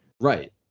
Right